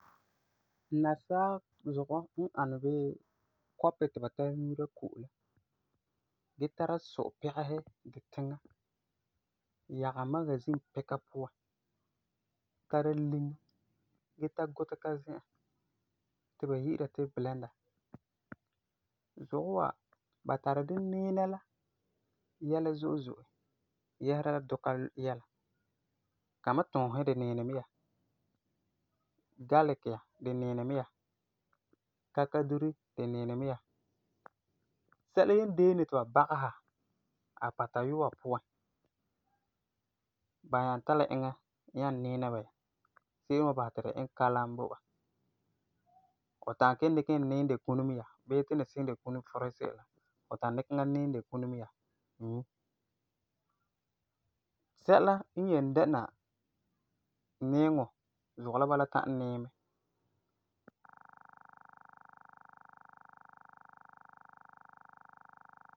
NASA's zugɔ n ani wuu kɔpi la ti ba tara yu'ura ko'om la gee tara su-pɛgesi di tiŋa, yaga magazin pika puan, tara miŋa gee tara gutega zi'an ti ba yi'ira ti blender. Zugɔ wa ba tari di niina la yɛla zo'e zo'e yɛsera la duka yɛla; kamatuusi di niini mɛ ya, galiki ya di niini mɛ ya, kakaduro di niini mɛ ya, sɛla yendeene ti ba bagesera apatayua puan ba nyaa tri la eŋa niina ba ya, se'em wan basɛ ti la iŋɛ kalam bo ba.